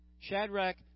Shadrach